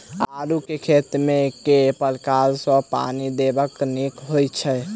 आलु केँ खेत मे केँ प्रकार सँ पानि देबाक नीक होइ छै?